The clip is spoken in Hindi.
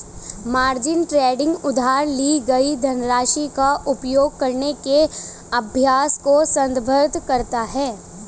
मार्जिन ट्रेडिंग उधार ली गई धनराशि का उपयोग करने के अभ्यास को संदर्भित करता है